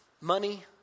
money